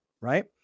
right